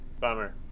Bummer